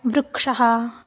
वृक्षः